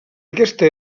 aquesta